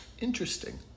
Interesting